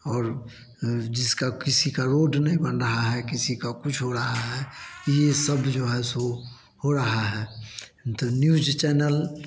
और जिसका किसी का रोड नहीं बन रहा है किसी का कुछ हो रहा है ये सब जो है सो हो रहा है तो न्यूज़ चैनल